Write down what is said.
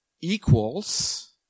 equals